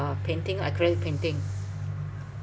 uh painting acrylic painting